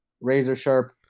razor-sharp